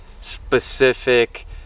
specific